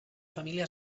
família